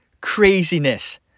craziness